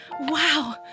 Wow